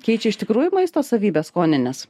keičia iš tikrųjų maisto savybes skonines